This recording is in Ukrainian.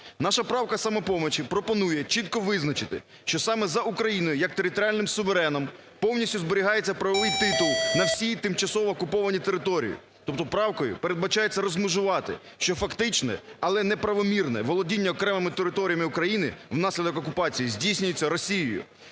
Наша правка "Самопомочі" пропонує чітко визначити, що саме за Україною як територіальним сувереном повністю зберігається правовий титул на всі тимчасово окуповані території, тобто правкою передбачається розмежувати, що фактичне, але неправомірне володіння окремими територіями України внаслідок окупації здійснюється Росією